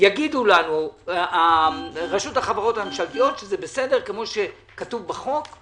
יגידו לנו רשות החברות הממשלתיות שזה בסדר כמו שכתוב בחוק,